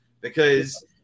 Because-